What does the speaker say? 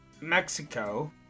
Mexico